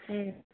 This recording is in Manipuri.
ꯎꯝ